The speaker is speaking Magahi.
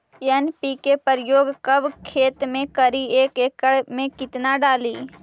एन.पी.के प्रयोग कब खेत मे करि एक एकड़ मे कितना डाली?